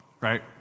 right